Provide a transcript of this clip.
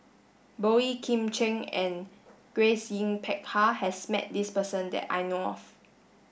Boey Kim Cheng and Grace Yin Peck Ha has met this person that I know of